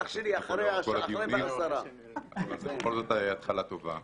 אח שלי, אחרי 16:10. בכל זאת, התחלה טובה.